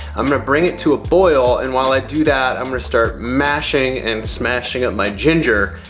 i'm gonna bring it to a boil. and while i do that, i'm gonna start mashing and smashing up my ginger,